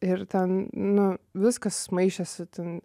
ir ten nu viskas maišėsi ten